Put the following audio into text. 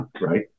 right